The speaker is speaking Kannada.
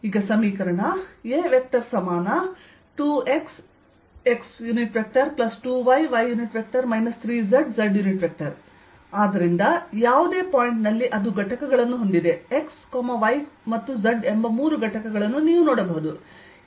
A2xx2yy 3zz ಆದ್ದರಿಂದ ಯಾವುದೇ ಪಾಯಿಂಟ್ನಲ್ಲಿ ಅದು ಘಟಕಗಳನ್ನು ಹೊಂದಿದೆ x y ಮತ್ತು z ಎಂಬ ಮೂರು ಘಟಕಗಳನ್ನು ನೀವು ನೋಡಬಹುದು